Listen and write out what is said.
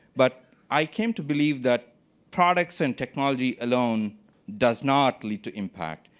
but i came to believe that products and technology alone does not lead to impact.